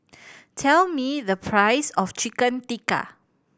tell me the price of Chicken Tikka